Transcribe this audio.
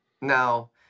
now